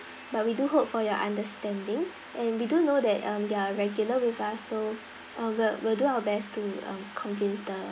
but we do hope for your understanding and we do know that um you are regular with us so uh we'll we'll do our best to uh convince the